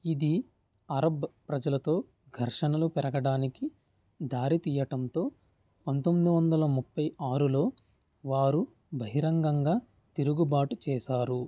ఇది అరబ్ ప్రజలతో ఘర్షణలు పెరగడానికి దారితీయడంతో పంతొమ్మిది వందల ముప్పై ఆరులో వారు బహిరంగంగా తిరుగుబాటు చేశారు